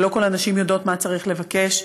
ולא כל הנשים יודעות מה צריך לבקש,